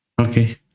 Okay